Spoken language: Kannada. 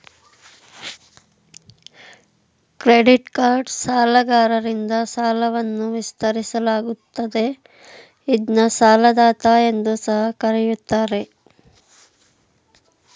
ಕ್ರೆಡಿಟ್ಕಾರ್ಡ್ ಸಾಲಗಾರರಿಂದ ಸಾಲವನ್ನ ವಿಸ್ತರಿಸಲಾಗುತ್ತದೆ ಇದ್ನ ಸಾಲದಾತ ಎಂದು ಸಹ ಕರೆಯುತ್ತಾರೆ